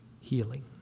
healing